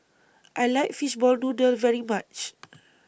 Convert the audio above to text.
I like Fishball Noodle very much